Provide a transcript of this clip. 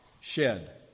shed